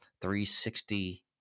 360